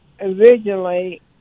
originally